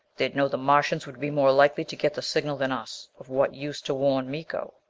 they'd know the martians would be more likely to get the signal than us. of what use to warn miko?